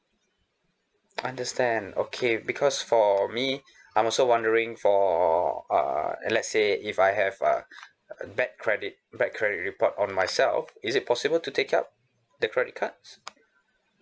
understand okay because for me I'm also wondering for err let's say if I have a a bad credit bad credit report on myself is it possible to take up the credit cards